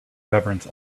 governs